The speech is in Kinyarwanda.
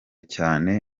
cyane